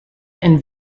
and